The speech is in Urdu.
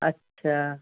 اچھا